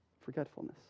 Forgetfulness